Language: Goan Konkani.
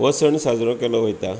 हो सण साजरो केलो वयता